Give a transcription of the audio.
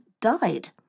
died